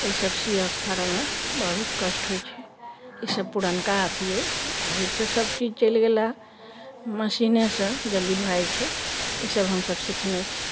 ई सब सियै फाड़ैमे बहुत कष्ट होइ छै ई सब पुरनका अथी अइ अभी तऽ सबचीज चलि गेलै मशीनेसँ जल्दी भऽ जाइ छै ई सब हमसब सिखने छी